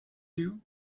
you